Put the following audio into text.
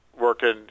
working